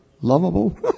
lovable